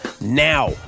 now